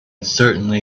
certainly